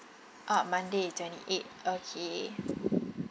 orh monday twenty eight okay